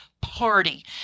party